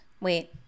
Wait